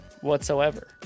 whatsoever